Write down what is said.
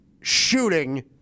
shooting